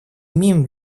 имеем